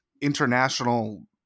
international